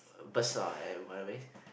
basah and by the ways